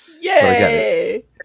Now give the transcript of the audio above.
Yay